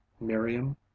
Miriam